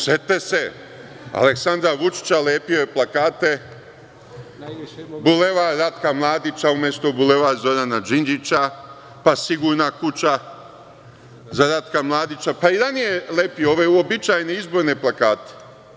Setite se Aleksandra Vučića, lepio je plakate „Bulevar Ratka Mladića“ umesto Bulevar Zorana Đinđića, pa „Sigurna kuća za Ratka Mladića“, pa i ranije je lepio ove uobičajene izborne plakate.